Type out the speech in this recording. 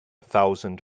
thousand